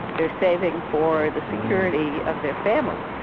they're saving for the security of their family.